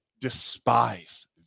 despise